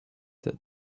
that